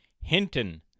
Hinton